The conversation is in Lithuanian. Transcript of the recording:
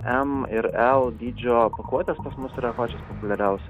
m ir l dydžio pakuotės pas mus yra pačios populiariaus